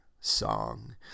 song